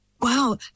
Wow